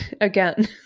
again